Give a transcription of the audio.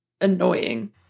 annoying